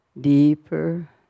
deeper